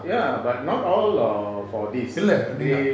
ya but not all are for this